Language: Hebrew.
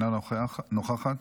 אינה נוכחת.